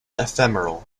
ephemeral